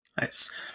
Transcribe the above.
Nice